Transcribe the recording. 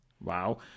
Wow